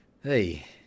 Hey